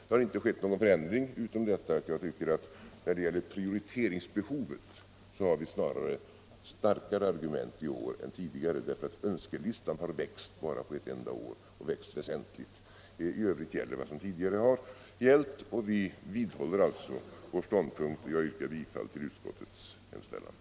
Det har inte skett någon förändring utom detta att när det gäller prioriteringsbehovet har vi snarare starkare argument i år än tidigare därför att önskelistan har växt bara på ett enda år, och växt väsentligt. I övrigt gäller vad som tidigare har gällt. Vi vidhåller alltså vår ståndpunkt, och jag yrkar bifall till utskottets hemställan.